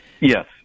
Yes